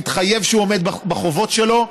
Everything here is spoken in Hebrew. מתחייב שהוא עומד בחובות שלו,